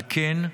על כן,